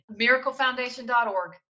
MiracleFoundation.org